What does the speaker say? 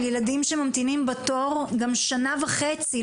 ילדים שממתינים בתור גם שנה וחצי,